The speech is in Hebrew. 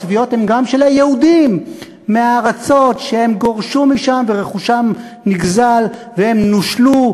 התביעות הן גם של היהודים מהארצות שהם גורשו מהן ורכושם נגזל והם נושלו,